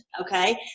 Okay